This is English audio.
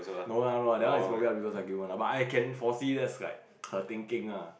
no lah no lah that one is probably I but I can foresee that's like her thinking lah